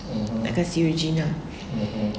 atas